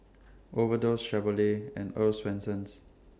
Overdose Chevrolet and Earl's Swensens